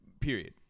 period